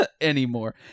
anymore